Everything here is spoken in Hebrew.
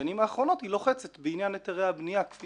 בשנים האחרונות היא לוחצת בעניין היתרי הבניה כפי